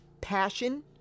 passion